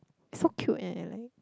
so cute eh and like